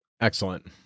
Excellent